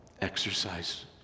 Exercise